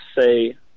say